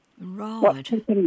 Right